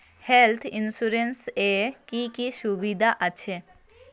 Health insurance এ কি কি সুবিধা আছে?